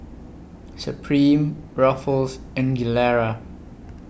Supreme Ruffles and Gilera